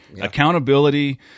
accountability